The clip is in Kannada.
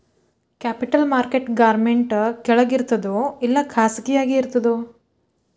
ಕ್ಯಾಪಿಟಲ್ ಮಾರ್ಕೆಟ್ ಗೌರ್ಮೆನ್ಟ್ ಕೆಳಗಿರ್ತದೋ ಇಲ್ಲಾ ಖಾಸಗಿಯಾಗಿ ಇರ್ತದೋ?